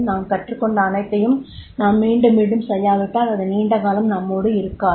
நாம் கற்றுக்கொண்ட அனைத்தையும் நாம் மீண்டும் மீண்டும் செய்யாவிட்டால் அது நீண்ட காலம் நம்மோடு இருக்காது